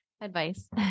advice